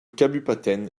kabupaten